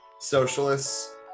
socialists